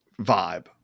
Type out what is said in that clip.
vibe